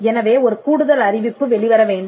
எனவே ஒரு கூடுதல் அறிவிப்பு வெளிவர வேண்டும்